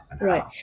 Right